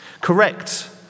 Correct